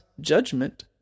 judgment